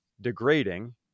degrading